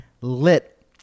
lit